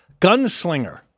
Gunslinger